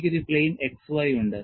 എനിക്ക് ഒരു plane XY ഉണ്ട്